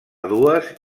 dues